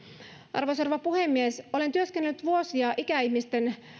arvoisa rouva puhemies olen työskennellyt vuosia ikäihmisten